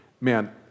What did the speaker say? man